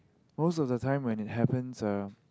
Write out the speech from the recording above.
most of the time when it happens uh